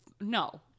No